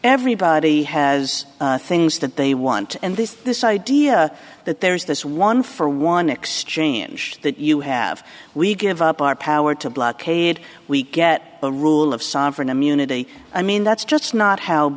everybody has things that they want and this this idea that there is this one for one exchange that you have we give up our power to blockade we get a rule of sovereign immunity i mean that's just not how